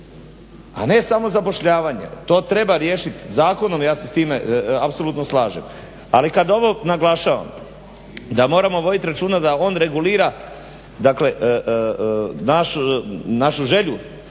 a ne samozapošljavanje. To treba riješiti zakonom, ja se s time apsolutno slažem. Ali kad ovo naglašavam da moramo voditi računa da on regulira dakle našu želju